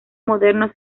modernos